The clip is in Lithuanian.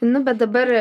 nu bet dabar